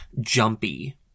jumpy